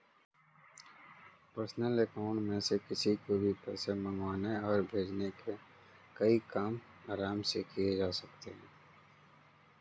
personal account में से किसी को भी पैसे मंगवाने और भेजने के कई काम आराम से किये जा सकते है